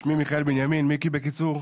שמי מיכאל בנימין, מיקי בקיצור.